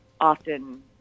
often